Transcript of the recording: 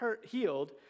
healed